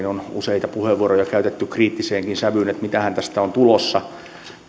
on useita puheenvuoroja käytetty kriittiseenkin sävyyn siitä mitähän tästä on tulossa niin